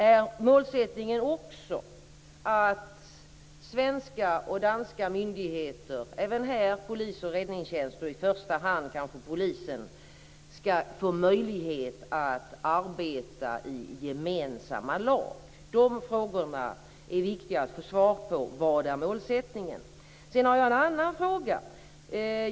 Är målsättningen också att svenska och danska myndigheter - även här polis och räddningstjänst, i första hand kanske polisen - skall få möjlighet att arbeta i gemensamma lag? De frågorna är viktiga att få svar på. Vad är målsättningen? Sedan har jag en annan fråga.